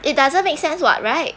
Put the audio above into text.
it doesn't make sense [what] right